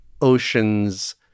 Ocean's